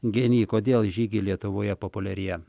geny kodėl žygiai lietuvoje populiarėja